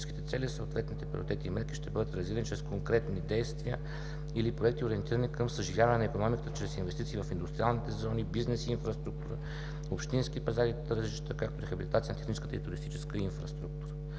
Стратегическите цели, съответните приоритети и мерки ще бъдат реализирани чрез конкретни действия или проекти, ориентирани към съживяване на икономиката чрез инвестиции в индустриални зони, бизнес инфраструктура, общински пазари и тържища, както и рехабилитация на техническата и туристическа инфраструктура.